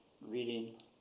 reading